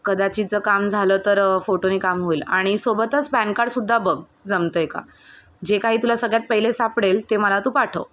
कदाचित जर काम झालं तर फोटोने काम होईल आणि सोबतच पॅन कार्डसुद्धा बघ जमतं आहे का जे काही तुला सगळ्यात पहिले सापडेल ते मला तू पाठव